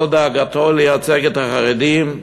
כל דאגתו לייצג את החרדים,